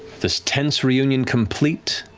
this tense reunion complete,